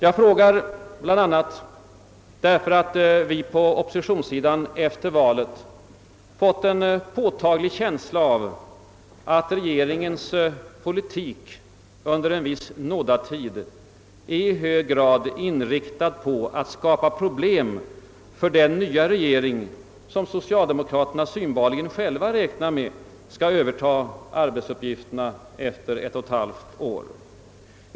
Jag frågar bl.a. därför att vi på oppositionssidan efter valet fått en påtaglig känsla av att regeringens politik under en nådatid är i hög grad inriktad på att skapa problem för den nya regering som socialdemokratien synbarligen själv räknar med skall överta dess arbetsuppgifter efter ett och ett halvt år.